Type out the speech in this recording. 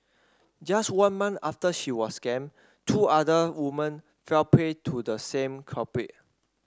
just one month after she was scammed two other women fell prey to the same culprit